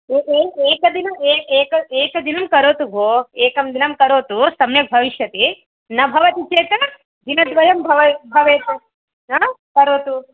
एकदिन एक एकदिनं करोतु भो एकं दिनं करोतु सम्यक् भविष्यति न भवति चेत् दिनद्वयं भवेत् करोतु